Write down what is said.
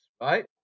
right